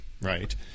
right